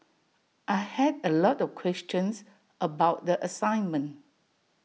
I had A lot of questions about the assignment